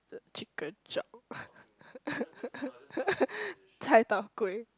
the chicken chop Cai-Tao-Kway